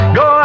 go